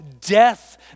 death